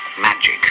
magic